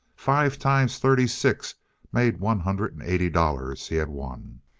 five times thirty six made one hundred and eighty dollars he had won!